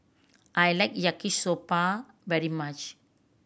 I like Yaki Soba very much